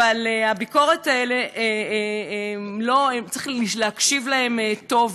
אבל לביקורת צריך להקשיב טוב,